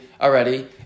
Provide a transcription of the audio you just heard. already